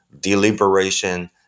deliberation